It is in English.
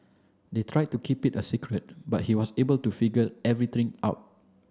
they tried to keep it a secret but he was able to figure everything out